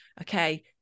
okay